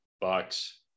Bucks